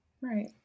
right